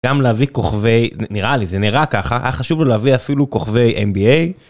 גם להביא כוכבי, נראה לי, זה נראה ככה, היה חשוב לו להביא אפילו כוכבי NBA.